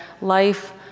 life